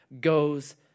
goes